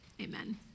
amen